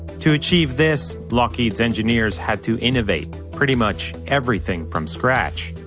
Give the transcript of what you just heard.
to achieve this, lockheed's engineers had to innovate pretty much everything from scratch.